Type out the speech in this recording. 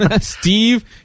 Steve